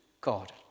God